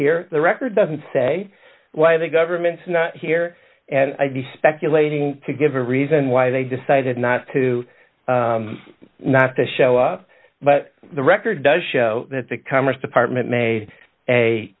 here the record doesn't say why the government's not here and i'd be speculating to give a reason why they decided not to not to show up but the record does show that the commerce department made